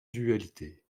dualité